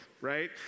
right